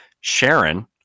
Sharon